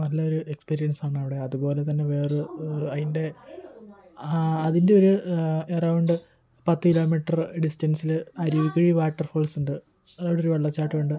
നല്ല ഒരു എക്സ്പീരിയാൻസാണവിടെ അതുപോലെത്തന്നെ വേറെ അയിന്റെ അതിന്റെ ഒരു എറൌണ്ട് പത്ത് കിലോമീറ്റർ ഡിസ്റ്റൻസില് അരുവിക്കുഴി വാട്ടർഫാൾസ്സുണ്ട് അവിടെ ഒരു വെള്ളച്ചാട്ടമുണ്ട്